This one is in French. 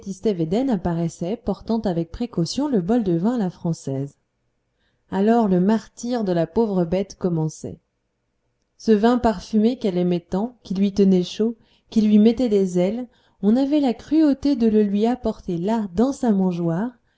védène apparaissait portant avec précaution le bol de vin à la française alors le martyre de la pauvre bête commençait ce vin parfumé qu'elle aimait tant qui lui tenait chaud qui lui mettait des ailes on avait la cruauté de le lui apporter là dans sa mangeoire